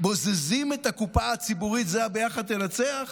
בוזזים את הקופה הציבורית, זה הביחד ננצח?